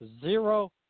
zero